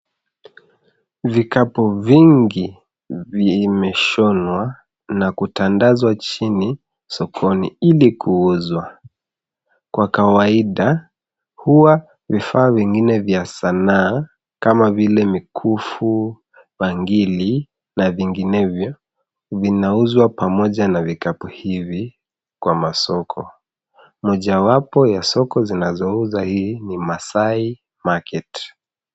Vikapu vingi vimeshonwa na kutandazwa chini sokoni ili kuuzwa. Kwa kawaida, huwa vifaa vingine vya sanaa kama vile mikufu bangili na vinginevyo vinauzwa pamoja na vikapu hivi kwa masoko. Mojawapo ya soko zinazouza hii ni Maasai Market.